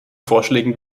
vorschlägen